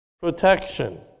protection